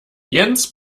jens